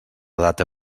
data